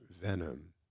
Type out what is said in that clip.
venom